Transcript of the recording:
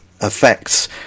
affects